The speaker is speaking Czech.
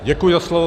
Děkuji za slovo.